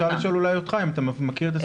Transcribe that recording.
אבל אפשר לשאול אולי אותך, אם אתה מכיר את הסוגיה.